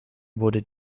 wurde